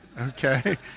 okay